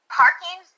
parking